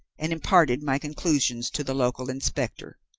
and imparted my conclusions to the local inspector.